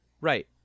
right